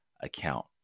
account